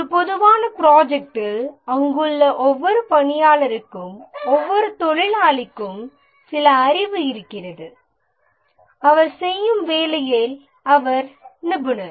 ஒரு பொதுவான ப்ராஜெக்ட்டில் அங்குள்ள ஒவ்வொரு பணியாளருக்கும் ஒவ்வொரு தொழிலாளிக்கும் சில அறிவு இருக்கிறது அவர் செய்யும் வேலையை அவர் நிபுணர்